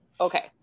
okay